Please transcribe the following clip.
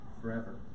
forever